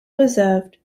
preserved